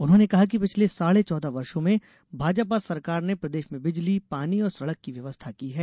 उन्होंने कहा कि पिछले साढ़े चौदह वर्षो में भाजपा सरकार ने प्रदेश में बिजली पानी और सड़क की व्यवस्था की है